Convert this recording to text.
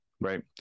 right